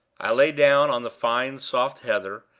i lay down on the fine soft heather,